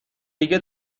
دیگه